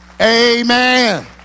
Amen